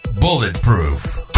bulletproof